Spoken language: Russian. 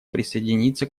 присоединиться